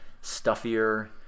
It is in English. stuffier